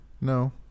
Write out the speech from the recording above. No